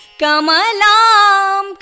Kamalam